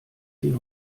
den